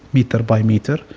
meter by meter.